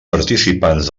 participants